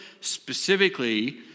specifically